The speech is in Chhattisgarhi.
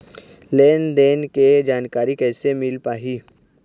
लेन देन के जानकारी कैसे मिल पाही?